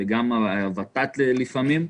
וגם הוות"ת לפעמים,